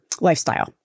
lifestyle